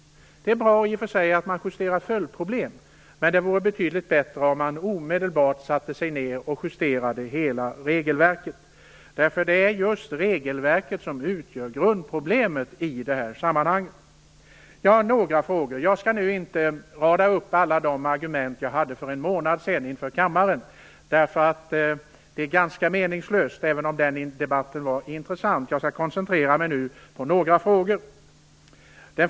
Det är i och för sig bra att man justerar när det gäller följdproblemen, men det vore betydligt bättre om man omedelbart satte sig ner och justerade hela regelverket. Det är nämligen just regelverket som utgör grundproblemet i detta sammanhang. Jag har några frågor, men jag skall inte rada upp alla de argument som jag lade fram för en månad sedan inför kammaren. Det vore ganska så meningslöst, även om den debatten var intressant. Nu skall jag koncentrera mig på några frågor.